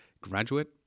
graduate